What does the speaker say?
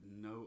no